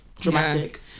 dramatic